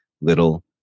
little